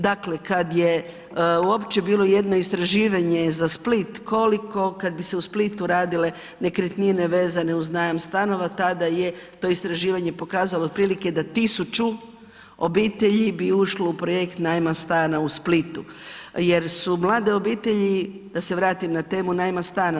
Dakle, kad je uopće bilo jedno istraživanje za Split, koliko kad bi se u Splitu radile nekretnine vezane uz najam stanova, tada je to istraživanje pokazalo otprilike da 1.000 obitelji bi ušlo u projekt najma stana u Splitu, jer su mlade obitelji da se vratim na temu najma stana.